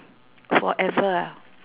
forever ah